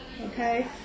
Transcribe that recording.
okay